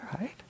right